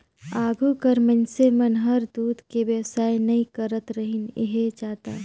आघु कर मइनसे मन हर दूद के बेवसाय नई करतरहिन हें जादा